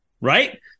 right